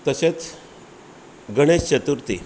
तशेंच गणेश चतुर्थी